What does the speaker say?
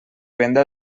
venda